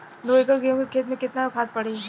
दो एकड़ गेहूँ के खेत मे केतना खाद पड़ी?